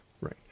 Right